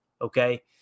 okay